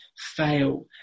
fail